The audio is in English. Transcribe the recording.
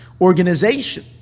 organization